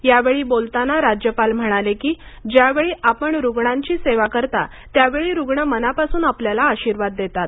यावेळी बोलताना राज्यपाल म्हणाले की ज्यावेळी आपण रुग्णांची सेवा करता त्यावेळी रुग्ण मनापासून आपल्याला आशिर्वाद देतात